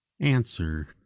answer